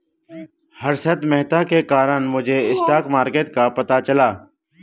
हर्षद मेहता के कारण मुझे स्टॉक मार्केट का पता चला